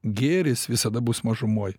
gėris visada bus mažumoj